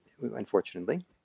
unfortunately